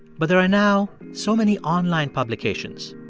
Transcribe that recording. but there are now so many online publications.